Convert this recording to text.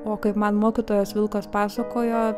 o kaip man mokytojas vilkas pasakojo